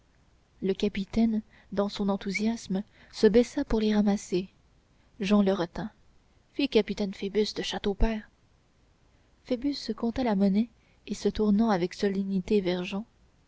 le capitaine dans son enthousiasme se baissa pour les ramasser jehan le retint fi capitaine phoebus de châteaupers phoebus compta la monnaie et se tournant avec solennité vers